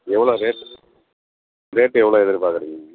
எவ்வளோ rate rate எவ்வளோ எதிர்பார்க்குறீங்க